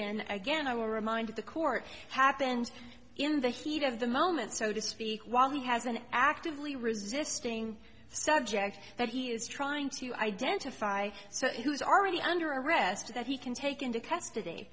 again i will remind the court happened in the heat of the moment so to speak while he has an actively resisting subject that he is trying to identify so he was already under arrest that he can take into custody